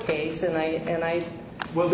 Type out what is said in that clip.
case and i and i will